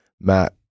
Matt